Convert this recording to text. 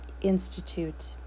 Institute